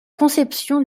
conception